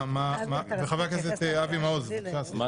חבר הכנסת אבי מעוז -- אין בעיה,